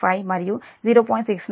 345 మరియు 0